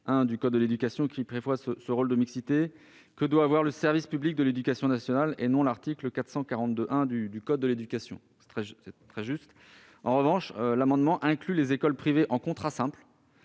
du code de l'éducation qui prévoit ce rôle de mixité sociale du service public de l'éducation nationale et non l'article L. 442-1 du code de l'éducation. En revanche, l'amendement inclut les écoles privées sous contrat simple,